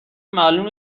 معلوم